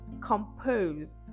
composed